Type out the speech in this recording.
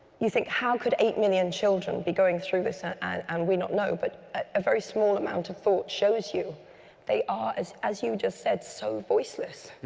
you think how could eight million children be going through this and we don't know? but at a very small amount of thought shows you they are, as as you just said, so voiceless.